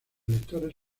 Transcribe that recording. electores